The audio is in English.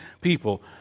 people